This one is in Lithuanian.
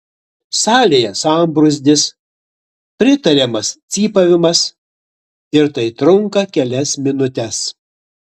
salėje sambrūzdis pritariamas cypavimas ir tai trunka kelias minutes